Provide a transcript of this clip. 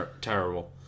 terrible